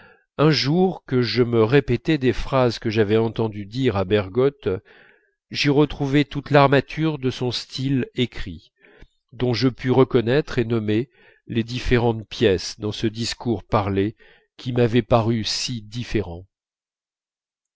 un jour que je me répétais des phrases que j'avais entendu dire à bergotte j'y retrouvai toute l'armature de son style écrit dont je pus reconnaître et nommer les différentes pièces dans ce discours parlé qui m'avait paru si différent